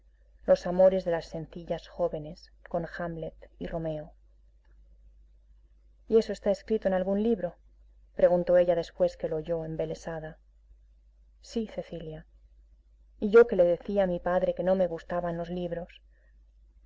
los amores de las sencillas jóvenes con hamlet y romeo y eso está escrito en algún libro preguntó ella después que le oyó embelesada sí cecilia y yo que le decía a mi padre que no me gustaban los libros